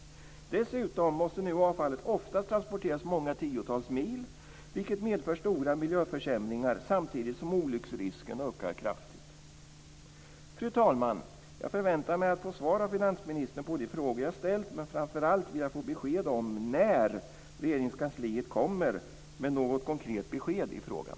Dessutom måste nu avfallet oftast transporteras många tiotals mil, vilket medför stora miljöförsämringar samtidigt som olycksrisken ökar kraftigt. Fru talman! Jag förväntar mig att få svar av finansministern på de frågor jag har ställt, men framför allt vill jag få besked om när Regeringskansliet kommer med ett konkret besked i frågan.